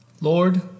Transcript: Lord